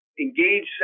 engage